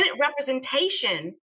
representation